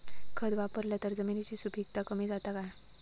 खत वापरला तर जमिनीची सुपीकता कमी जाता काय?